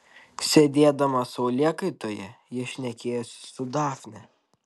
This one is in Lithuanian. sėdėdama saulėkaitoje ji šnekėjosi su dafne